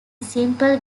simple